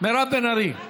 בן ארי,